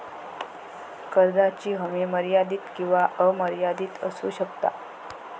कर्जाची हमी मर्यादित किंवा अमर्यादित असू शकता